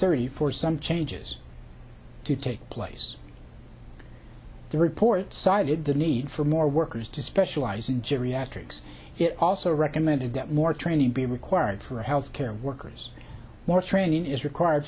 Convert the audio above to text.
thirty for some changes to take place the report cited the need for more workers to specialize in geriatrics it also recommended that more training be required for health care workers more training is required